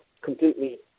completely